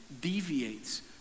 deviates